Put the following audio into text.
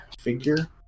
figure